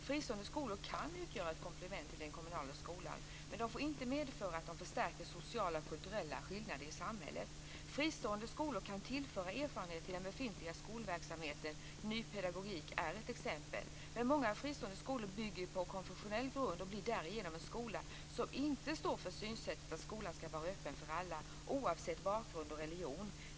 Fristående skolor kan utgöra ett komplement till den kommunala skolan, men de får inte bidra till att förstärka sociala och kulturella skillnader i samhället. Fristående skolor kan tillföra erfarenheter i den befintliga skolverksamheten. Ny pedagogik är ett exempel. Men många fristående skolor bygger på konfessionell grund och kommer därmed att inte att stå för ett synsätt där skolan ska vara öppen för alla oavsett bakgrund och religion.